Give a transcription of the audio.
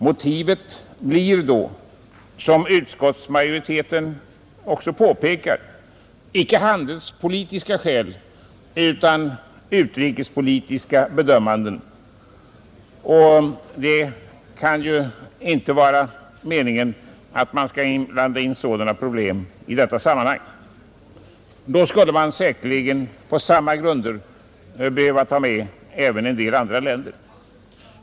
Motivet blir då, som utskottsmajoriteten också påpekar, icke handelspolitiska skäl utan utrikespolitiska bedömanden, och det kan ju inte vara meningen att man skall blanda in sådana problem i detta sammanhang. Då skulle man säkerligen på samma grunder behöva ta med även en del andra länder.